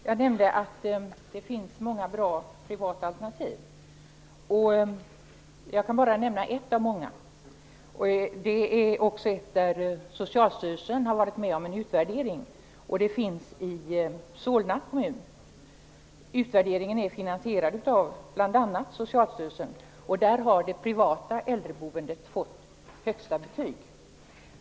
Herr talman! Det finns många bra privata alternativ. Jag kan nämna ett av många. Det är också ett där Socialstyrelsen har gjort en utvärdering. Det finns i Solna kommun. Utvärderingen är finansierad av bl.a. Socialstyrelsen. Där har det privata äldreboendet fått högsta betyg.